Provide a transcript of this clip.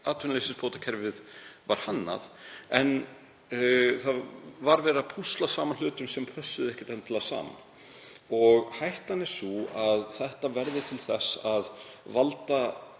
atvinnuleysisbótakerfið var hannað. Verið var að púsla saman hlutum sem pössuðu ekkert endilega saman. Hættan er sú að þetta verði til þess að lítil